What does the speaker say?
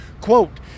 quote